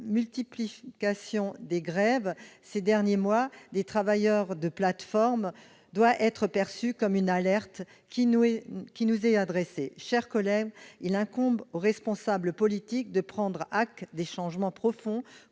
La multiplication, ces derniers mois, de tels mouvements des travailleurs de plateformes doit être perçue comme une alerte qui nous est adressée. Mes chers collègues, il incombe aux responsables politiques de prendre acte des changements profonds